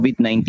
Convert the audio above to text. COVID-19